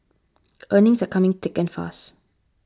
earnings are coming thick and fast